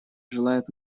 желает